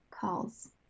calls